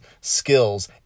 skills